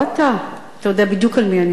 לא אתה, אתה יודע בדיוק על מי אני מדברת.